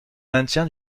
maintien